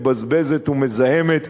מבזבזת ומזהמת,